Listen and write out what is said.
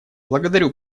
благодарю